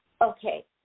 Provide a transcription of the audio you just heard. okay